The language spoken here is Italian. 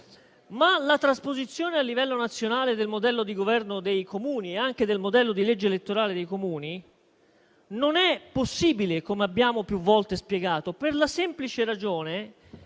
Ma la trasposizione a livello nazionale del modello di governo dei Comuni e anche del modello di legge elettorale dei Comuni non è possibile - come abbiamo più volte spiegato - per la semplice ragione